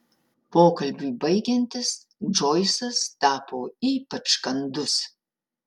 pokalbiui baigiantis džoisas tapo ypač kandus